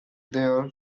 there